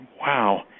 wow